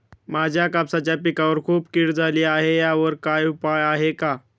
माझ्या कापसाच्या पिकावर खूप कीड झाली आहे यावर काय उपाय आहे का?